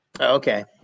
okay